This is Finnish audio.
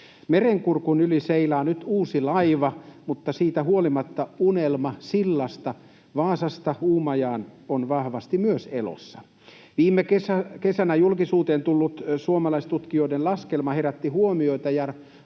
Merenkurkun yli seilaa nyt uusi laiva, mutta siitä huolimatta myös unelma sillasta Vaasasta Uumajaan on vahvasti elossa. Viime kesänä julkisuuteen tullut suomalaistutkijoiden laskelma herätti huomiota, ja